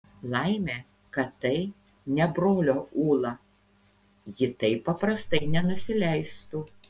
laimė kad tai ne brolio ūla ji taip paprastai nenusileistų